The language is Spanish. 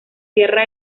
sierra